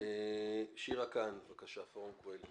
שירה קאהן, מפורום קהלת.